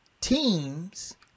teams